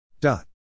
dot